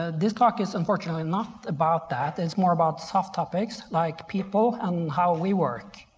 ah this talk is unfortunately not about that. it's more about soft topics like people and how we work.